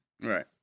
Right